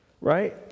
right